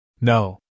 No